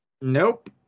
Nope